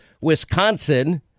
Wisconsin